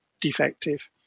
defective